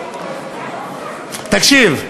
תקשיב,